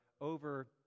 over